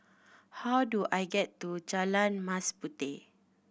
how do I get to Jalan Mas Puteh